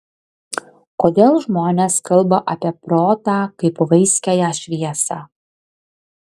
kodėl žmonės kalba apie protą kaip vaiskiąją šviesą